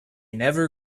never